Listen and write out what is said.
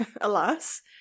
alas